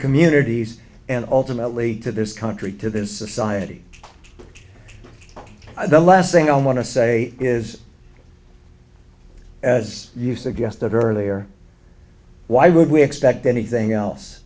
communities and ultimately to this country to this society the last thing i want to say is as you suggested earlier why would we expect anything else